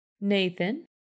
Nathan